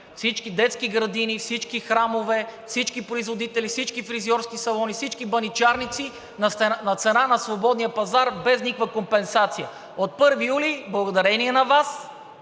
всички детски градини, всички храмове, всички производители, всички фризьорски салони, всички баничарници на цена на свободния пазар без никаква компенсация. От 1 юли благодарение на Вас